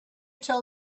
tell